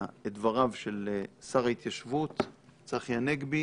את דבריו של שר ההתיישבות צחי הנגבי